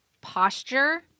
posture